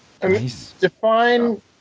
Define